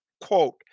quote